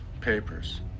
Papers